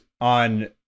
on